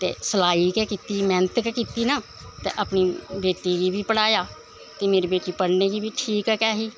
ते सलाई गै कीती मैह्नत गै कीती ना ते अपनी बेटी गी बी पढ़ाया ते मेरी बेटी पढ़ने गी बी ठीक गै ही